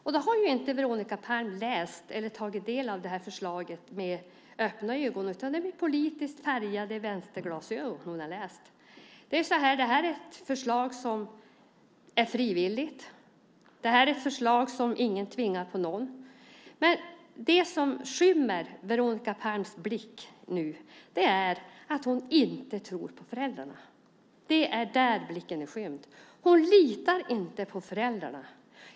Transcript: Veronica Palm har inte läst eller tagit del av det här förslaget med öppna ögon, utan det är med politiskt färgade glasögon som hon har läst det. Det här är ett förslag som är frivilligt. Det här är ett förslag som ingen tvingar på någon. Det som skymmer Veronica Palms blick nu är att hon inte tror på föräldrarna. Det är där blicken är skymd. Hon litar inte på föräldrarna.